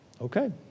okay